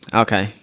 okay